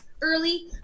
early